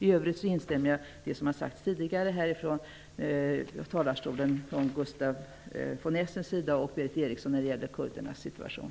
I övrigt instämmer jag i det som Gustaf von Essen och Berith Eriksson har sagt tidigare från talarstolen när det gäller kurdernas situation.